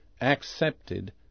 accepted